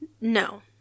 No